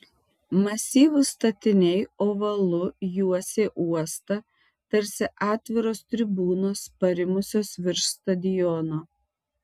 masyvūs statiniai ovalu juosė uostą tarsi atviros tribūnos parimusios virš stadiono